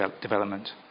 development